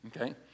Okay